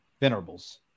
Venerables